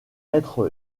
être